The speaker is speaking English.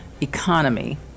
economy